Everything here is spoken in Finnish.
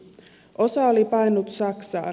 osa oli paennut saksaan